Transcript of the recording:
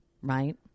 Right